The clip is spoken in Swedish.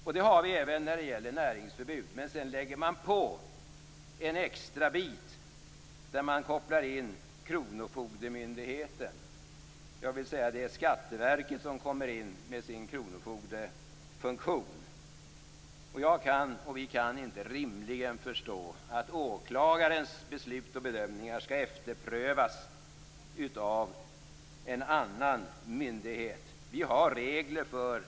Så är det även när det gäller näringsförbud. Men sedan lägger man på en extra bit där man kopplar in kronofogdemyndigheten, dvs, det är skatteverket som kommer in med sin kronofogdefunktion. Vi kan inte rimligen förstå att åklagarens beslut och bedömningar skall efterprövas av en annan myndighet.